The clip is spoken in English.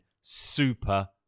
super